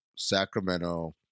Sacramento